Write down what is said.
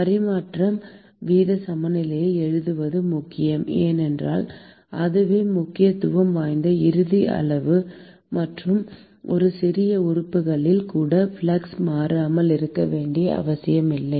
பரிமாற்ற வீத சமநிலையை எழுதுவது முக்கியம் ஏனென்றால் அதுவே முக்கியத்துவம் வாய்ந்த இறுதி அளவு மற்றும் ஒரு சிறிய இயல்புகளில் கூட ஃப்ளக்ஸ் மாறாமல் இருக்க வேண்டிய அவசியமில்லை